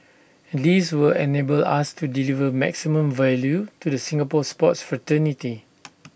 this will enable us to deliver maximum value to the Singapore sports fraternity